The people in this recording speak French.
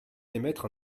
d’émettre